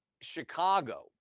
Chicago